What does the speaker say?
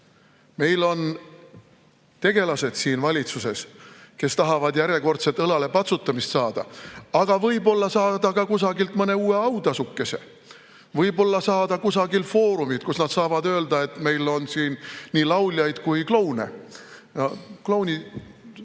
Meil on valitsuses tegelased, kes tahavad saada järjekordselt õlale patsutamist, aga võib-olla saada ka kusagilt mõne uue autasukese, võib-olla saada kusagile foorumile, kus nad saavad öelda, et meil on siin nii lauljaid kui ka kloune. Klouni